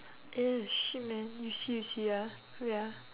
eh shit man you see you see ah wait ah